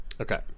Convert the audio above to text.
Okay